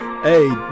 Hey